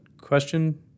question